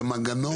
זה מנגנון